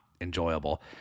enjoyable